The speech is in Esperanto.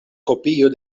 kopio